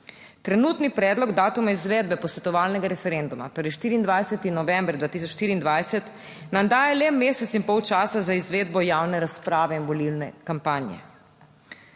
Trenutni predlog datuma izvedbe posvetovalnega referenduma, torej 24. november 2024 nam daje le mesec in pol časa za izvedbo javne razprave in volilne kampanje.